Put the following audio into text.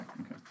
Okay